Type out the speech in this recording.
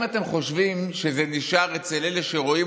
אם אתם חושבים שזה נשאר אצל אלה שרואים